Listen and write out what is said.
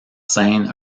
scène